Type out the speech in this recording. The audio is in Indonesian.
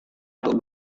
untuk